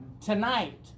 tonight